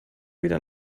wieder